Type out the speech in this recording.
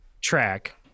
track